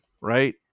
Right